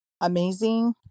amazing